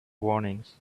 warnings